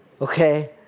okay